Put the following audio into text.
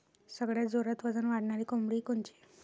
सगळ्यात जोरात वजन वाढणारी कोंबडी कोनची?